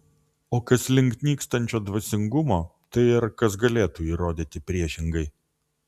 o kas link nykstančio dvasingumo tai ar kas galėtų įrodyti priešingai